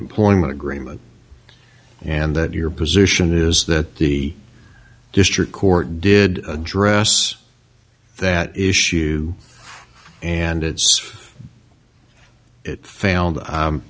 employment agreement and that your position is that the district court did address that issue and it's failed